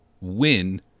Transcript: win